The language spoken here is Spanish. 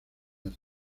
arte